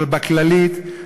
אבל בכללית,